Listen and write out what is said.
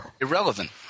Irrelevant